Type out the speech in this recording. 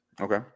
Okay